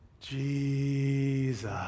Jesus